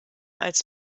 als